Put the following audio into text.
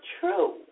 true